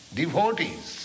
devotees